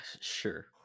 Sure